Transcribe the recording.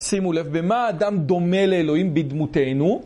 שימו לב במה האדם דומה לאלוהים בדמותינו.